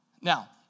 Now